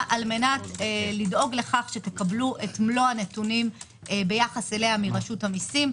כדי לדאוג לכך שתקבלו את מלוא הנתונים ביחס אליה מרשות המיסים.